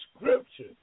scripture